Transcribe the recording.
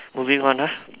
moving on ah